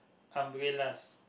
umbrellas